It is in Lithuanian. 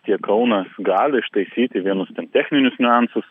tiek kaunas gali ištaisyti vienus techninius niuansus